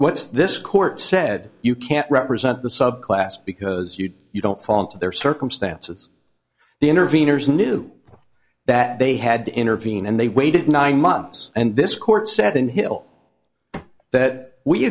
what's this court said you can't represent the subclass because you you don't fall into their circumstances the interveners knew that they had to intervene and they waited nine months and this court said in hill that we